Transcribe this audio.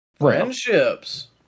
friendships